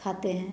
खाते हैं